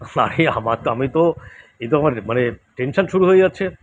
আরে আমার তো আমি তো এ তো আমার মানে টেনশান শুরু হয়ে যাচ্ছে